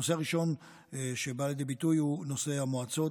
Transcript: הנושא הראשון שבא לידי ביטוי הוא נושא המועצות,